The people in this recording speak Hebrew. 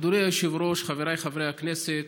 אדוני היושב-ראש, חבריי חברי הכנסת,